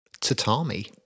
Tatami